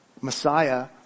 Messiah